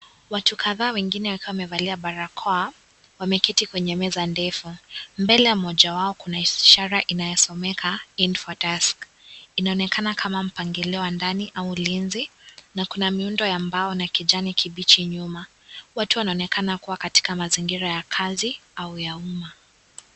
Watu kadhaa wengine wakiwa wamevalia barakoa wameketi kwenye meza ndefu, mbele ya mmoja wao kuna ishara inayosomeka info desk . Inaonekana kama mpangilio wa ndani au ulinzi na kuna miundo ya mbao na kijani kibichi nyuma . Watu wanaonekana kuwa katika mazingira ya kazi au ya uma.